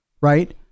right